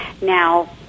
Now